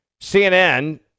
CNN